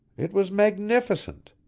it was magnificent!